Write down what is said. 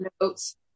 notes